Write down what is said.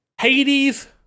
Hades